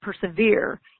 Persevere